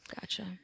Gotcha